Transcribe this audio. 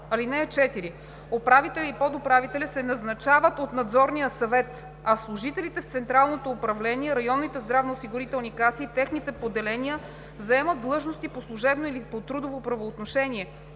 (4) Управителят и подуправителят се назначават от Надзорния съвет, а служителите в централното управление, районните здравноосигурителни каси и техните поделенията заемат длъжности по служебно или по трудово правоотношение,